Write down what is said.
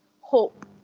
hope